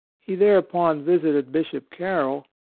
he thereupon visited bishop carroll,